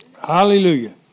Hallelujah